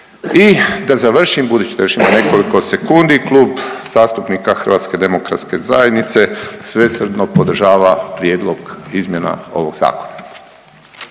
I da završim budući da imam još nekoliko sekundi, Klub zastupnika HDZ-a svesrdno podržava prijedlog izmjena ovog zakona.